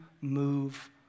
move